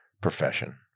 profession